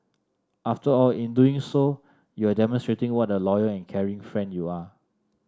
after all in doing so you are demonstrating what a loyal and caring friend you are